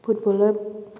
footballer